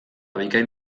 bikain